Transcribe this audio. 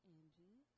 Angie